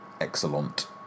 excellent